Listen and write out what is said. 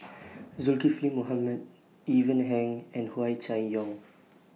Zulkifli Mohamed Ivan Heng and Hua Chai Yong